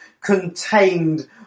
contained